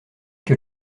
que